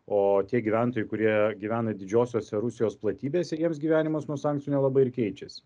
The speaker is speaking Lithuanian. o tie gyventojai kurie gyvena didžiosiose rusijos platybėse jiems gyvenimas nuo sankcijų nelabai ir keičiasi